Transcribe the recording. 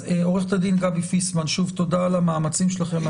עו"ד גבי פיסמן, שוב תודה על המאמצים שלכם.